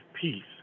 peace